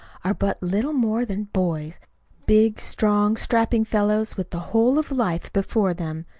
are but little more than boys big, strong, strapping fellows with the whole of life before them.